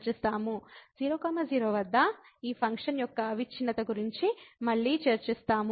00 వద్ద ఈ ఫంక్షన్ యొక్క అవిచ్ఛిన్నత గురించి మళ్ళీ చర్చిస్తాము